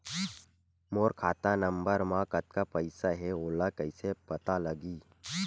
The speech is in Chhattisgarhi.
मोर खाता नंबर मा कतका पईसा हे ओला कइसे पता लगी?